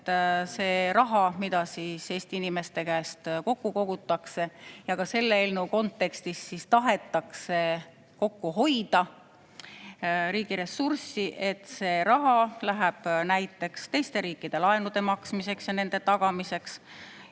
et see raha, mida Eesti inimeste käest kokku kogutakse – ja ka selle eelnõu kontekstis tahetakse kokku hoida –, riigi ressurss, läheb näiteks teiste riikide laenude maksmiseks ja nende tagamiseks